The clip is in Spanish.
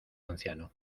anciano